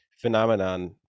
phenomenon